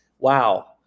Wow